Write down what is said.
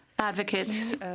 Advocates